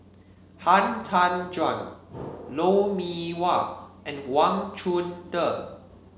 Han Tan Juan Lou Mee Wah and Wang Chunde